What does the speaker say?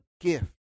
gift